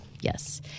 Yes